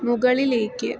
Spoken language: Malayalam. മുകളിലേക്ക്